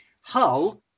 Hull